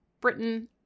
Britain